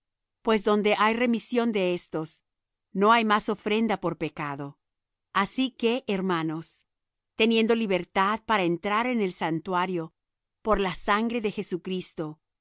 pues donde hay remisión de éstos no hay más ofrenda por pecado así que hermanos teniendo libertad para entrar en el santuario por la sangre de jesucristo